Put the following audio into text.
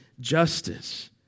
justice